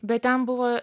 bet ten buvo